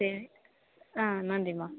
சரி ஆ நன்றிம்மா